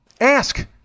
ask